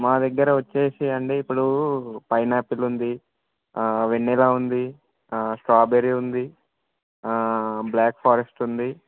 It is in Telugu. మా దగ్గర వచ్చేసి అండి ఇప్పుడు పైనాపిల్ ఉంది వెన్నిలా ఉంది స్ట్రాబెరీ ఉంది బ్ల్యాక్ ఫారెస్ట్ ఉంది